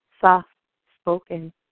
soft-spoken